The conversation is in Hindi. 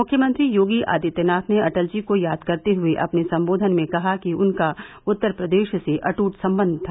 मुख्यमंत्री योगी आदित्यनाथ ने अटल जी को याद करते हुये अपने सम्बोधन में कहा कि उनका उत्तर प्रदेश से अट्ट संबंध था